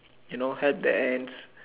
you know help the ants